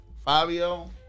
Fabio